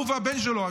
הוא והבן שלו השוטר.